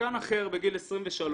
שחקן אחר בגיל 23,